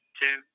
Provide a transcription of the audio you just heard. two